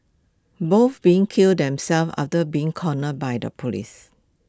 both being killed themselves after being cornered by the Police